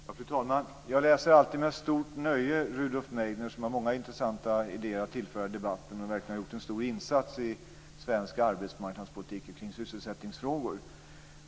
Fru talman! Jag läser alltid Rudolf Meidner med stort nöje. Han har många intressanta idéer att tillföra debatten och har verkligen gjort en stor insats i svensk arbetsmarknadspolitik kring sysselsättningsfrågor.